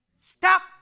Stop